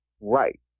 Right